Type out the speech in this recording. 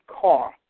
car